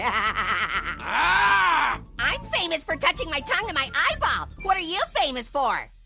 and ah i'm famous for touching my tongue to my eyeball. what are you famous for?